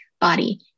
body